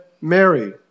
Mary